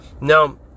Now